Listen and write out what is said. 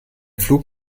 flug